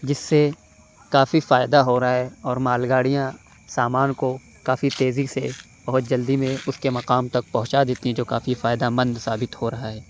جس سے کافی فائدہ ہو رہا ہے اور مال گاڑیاں سامان کو کافی تیزی سے بہت جلدی میں اُس کے مقام تک پہنچا دیتی ہیں جو کافی فائدہ مند ثابت ہو رہا ہے